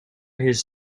his